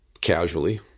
casually